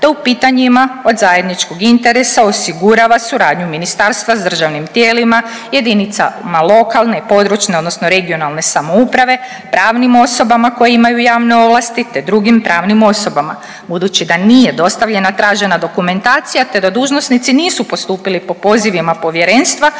te u pitanjima od zajedničkog interesa osigurava suradnju ministarstva s državnim tijelima, jedinicama lokalne i područne odnosno regionalne samouprave, pravnim osobama koje imaju javne ovlasti te drugim pravnim osobama. Budući da nije dostavljena tražena dokumentacija te da dužnosnici nisu postupili po pozivima povjerenstva